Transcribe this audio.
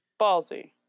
Ballsy